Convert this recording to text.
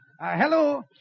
Hello